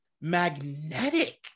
magnetic